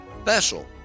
special